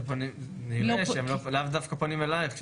נראה שהם לאו דווקא פונים אלייך.